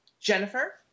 Jennifer